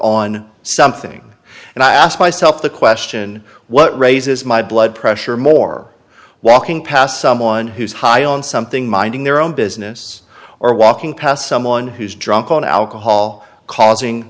on thing and i ask myself the question what raises my blood pressure more walking past someone who's high on something minding their own business or walking past someone who's drunk on alcohol causing